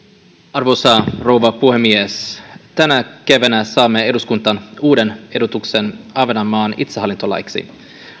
arvoisa puhemies tänä keväänä saamme eduskuntaan uuden ehdotuksen ahvenanmaan itsehallintolaiksi